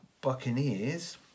buccaneers